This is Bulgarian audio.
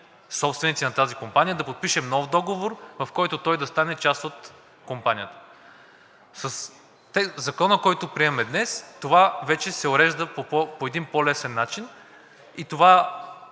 собственици да подпишем нов договор, в който той да стане част от компанията. Със Закона, който приемаме днес, това вече се урежда по един по-лесен начин и това